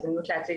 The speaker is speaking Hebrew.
ח' באלול התשפ"א,